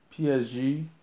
PSG